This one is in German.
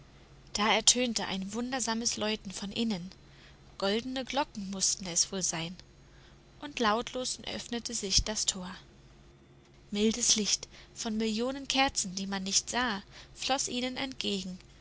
da ertönte ein wundersames läuten von innen goldene glocken mußten es wohl sein und lautlos öffnete sich das tor mildes licht von millionen kerzen die man nicht sah floß ihnen entgegen